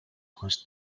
was